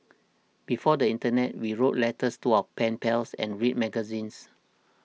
before the internet we wrote letters to our pen pals and read magazines